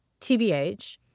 TBH